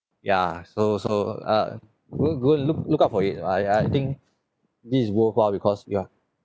ya so so uh look good look look out for it I I think this is worthwhile because ya